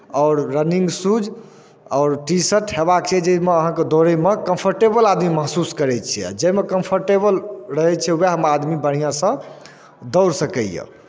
आओर running shoes आओर T shirt हेबाक चाही जाहिमे अहाँके दौड़ैमे कम्फर्टेबल आदमी महसूस करै छै आ जाहिमे कम्फर्टेबल रहै छै उएहमे आदमी बढ़िआँसँ दौड़ि सकैए